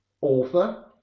author